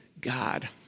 God